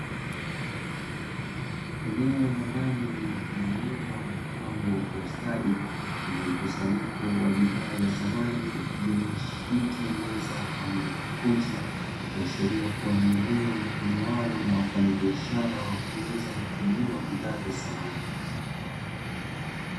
Eneo la ndani lililotengenezwa na kupangwa kwa ustadi, lenye mkusanyiko wa bidhaa za samani, ikijumuisha viti, meza pamoja na makochi, ikiashiria kuwa ni eneo litumiwalo na wafanyabiashara wa kuuza na kununua bidhaa za samani.